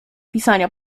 pisania